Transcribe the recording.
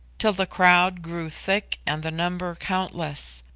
till the crowd grew thick and the number countless.